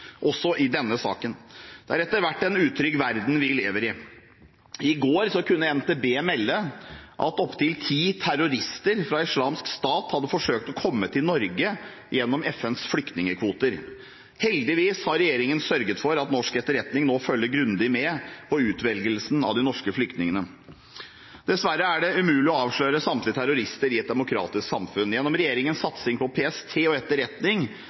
også i denne saken. Det er etter hvert en utrygg verden vi lever i. I går kunne NTB melde at opptil ti terrorister fra Islamsk Stat hadde forsøkt å komme til Norge gjennom FNs flyktningkvoter. Heldigvis har regjeringen sørget for at norsk etterretning nå følger grundig med på utvelgelsen av de norske flyktningene. Dessverre er det umulig å avsløre samtlige terrorister i et demokratisk samfunn. Gjennom regjeringens satsing på PST og etterretning